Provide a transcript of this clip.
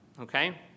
okay